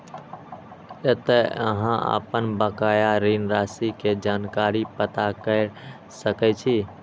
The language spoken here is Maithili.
एतय अहां अपन बकाया ऋण राशि के जानकारी पता कैर सकै छी